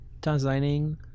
designing